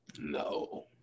No